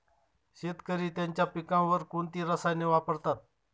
शेतकरी त्यांच्या पिकांवर कोणती रसायने वापरतात?